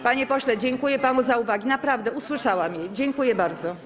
Panie pośle, dziękuję panu za uwagi, naprawdę, usłyszałam je, dziękuję bardzo.